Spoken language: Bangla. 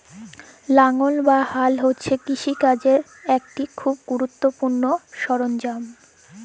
লাঙ্গল বা হাল হছে কিষিকাজের ইকট খুব গুরুত্তপুর্ল সরল্জাম